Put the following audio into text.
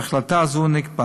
בהחלטה זו נקבע